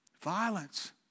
Violence